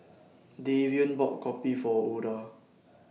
Davian bought Kopi For Oda